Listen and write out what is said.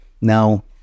now